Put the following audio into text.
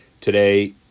today